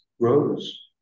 grows